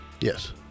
Yes